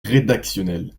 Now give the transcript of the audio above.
rédactionnel